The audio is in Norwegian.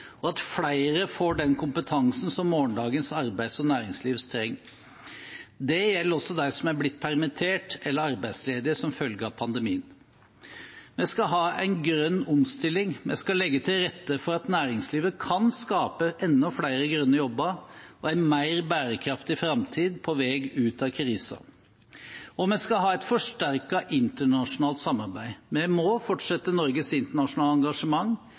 og at flere får den kompetansen som morgendagens arbeids- og næringsliv trenger. Det gjelder også dem som er blitt permittert eller arbeidsledige som følge av pandemien. Vi skal ha en grønn omstilling. Vi skal legge til rette for at næringslivet kan skape enda flere grønne jobber og en mer bærekraftig framtid på vei ut av krisen. Vi skal ha et forsterket internasjonalt samarbeid. Vi må fortsette Norges internasjonale engasjement,